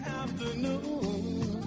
afternoon